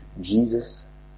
Jesus